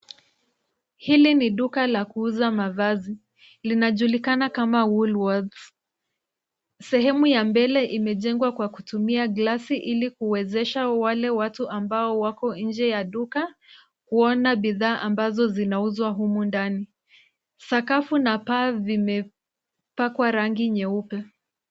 Hili ni duka la kuuza mavazi, linajulikana kama Woolworths. Sehemu ya mbele imejengwa kwa kutumia glasi ili kuwezesha wale watu ambao wako nje ya duka kuona bidhaa ambazo zinauzwa humu ndani. Sakafu na paa vimepakwa rangi nyeupe.